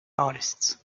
artists